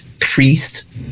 priest